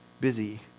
busy